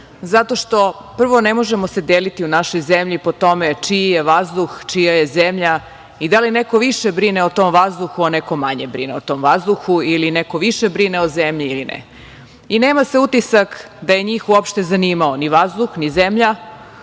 zato što, prvo, ne možemo se deliti u našoj zemlji po tome čiji je vazduh, čija je zemlja i da li neko više brine o tom vazduhu, a neko manje brine o tom vazduhu ili neko više brine o zemlji ili ne i nema se utisak da je njih uopšte zanimao ni vazduh, ni zemlja,